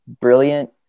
brilliant